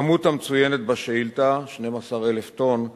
הכמות המצוינת בשאילתא, 12,000 טון,